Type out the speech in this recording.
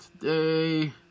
today